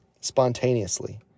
spontaneously